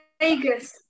Vegas